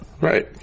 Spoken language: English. Right